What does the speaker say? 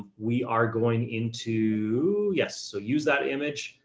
we are going into, yes. so use that image.